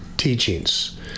teachings